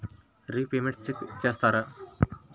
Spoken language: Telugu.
రిపేమెంట్స్ చెక్ చేస్తారా?